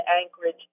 Anchorage